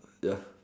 ya